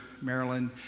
Maryland